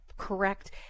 correct